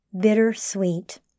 bittersweet